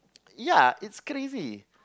ya it's crazy